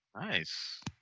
Nice